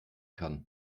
kann